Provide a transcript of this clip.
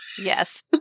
Yes